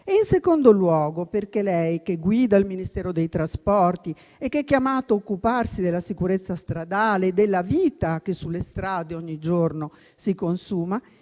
in secondo luogo, perché lei, che guida il Ministero dei trasporti e che è chiamato a occuparsi della sicurezza stradale, della vita che sulle strade ogni giorno si consuma,